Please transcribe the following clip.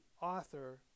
author